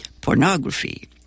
pornography